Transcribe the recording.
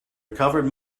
recovered